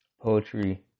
Poetry